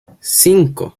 cinco